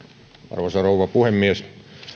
arvoisa rouva puhemies